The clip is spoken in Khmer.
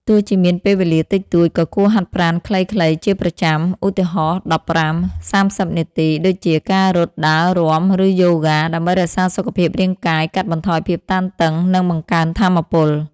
ទោះជាមានពេលវេលាតិចតួច ក៏គួរហាត់ប្រាណខ្លីៗជាប្រចាំ ឧទាហរណ៍ ១៥-៣០ នាទី ដូចជា ការរត់ ដើរ រាំ ឬយូហ្គា ដើម្បីរក្សាសុខភាពរាងកាយ កាត់បន្ថយភាពតានតឹង និងបង្កើនថាមពល។